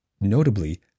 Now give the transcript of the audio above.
notably